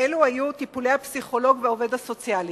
ואלה היו טיפולי הפסיכולוג והעובד הסוציאלי.